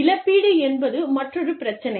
இழப்பீடு என்பது மற்றொரு பிரச்சினை